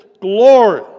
glory